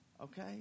Okay